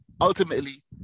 ultimately